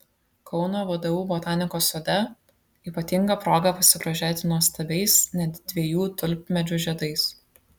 kauno vdu botanikos sode ypatinga proga pasigrožėti nuostabiais net dviejų tulpmedžių žiedais